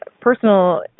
personal